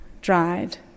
dried